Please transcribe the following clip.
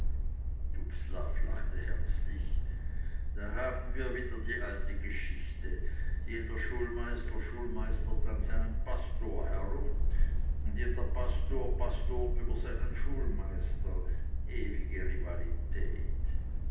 dubslav lachte herzlich da haben wir wieder die alte geschichte jeder schulmeister schulmeistert an seinem pastor herum und jeder pastor pastort über seinen schulmeister ewige rivalität